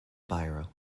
biro